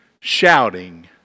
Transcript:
shouting